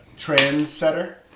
Trans-setter